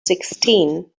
sixteen